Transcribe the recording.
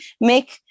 make